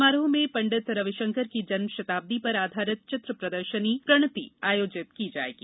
समारोह में पंडित रविशंकर की जन्म शताब्दी पर आधारित चित्र प्रदर्शनी प्रणति आयोजित की जाएगी